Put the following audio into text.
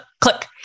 click